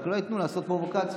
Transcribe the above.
רק שלא ייתנו לעשות פרובוקציות.